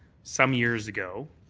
some years ago.